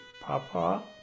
Papa